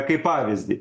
kaip pavyzdį